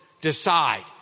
decide